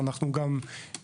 לכן גם במכרזים